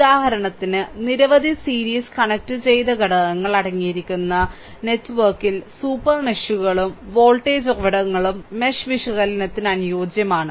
ഉദാഹരണത്തിന് നിരവധി സീരീസ് കണക്റ്റുചെയ്ത ഘടകങ്ങൾ അടങ്ങിയിരിക്കുന്ന നെറ്റ്വർക്കിൽ സൂപ്പർ മെഷുകളും വോൾട്ടേജ് ഉറവിടങ്ങളും മെഷ് വിശകലനത്തിന് അനുയോജ്യമാണ്